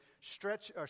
stretch